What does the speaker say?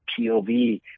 POV